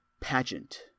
Pageant